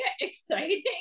exciting